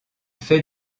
fait